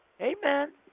Amen